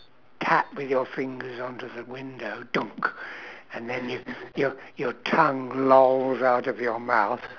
tap with your fingers onto the window and then your your your tongue lolls out of your mouth